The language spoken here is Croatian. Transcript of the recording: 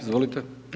Izvolite.